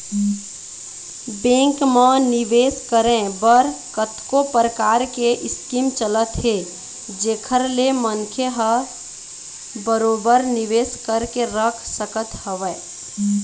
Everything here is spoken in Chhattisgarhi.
बेंक म निवेस करे बर कतको परकार के स्कीम चलत हे जेखर ले मनखे ह बरोबर निवेश करके रख सकत हवय